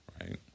right